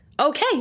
okay